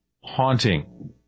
haunting